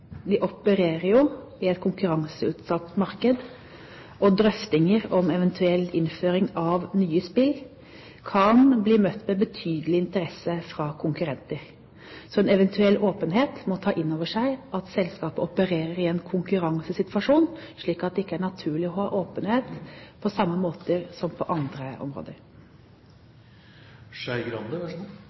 De opererer i et konkurranseutsatt marked, og drøftinger om eventuell innføring av nye spill kan bli møtt med betydelig interesse fra konkurrenter. Så en eventuell åpenhet må ta inn over seg at selskapet opererer i en konkurransesituasjon, slik at det ikke er naturlig å ha åpenhet på samme måte som på andre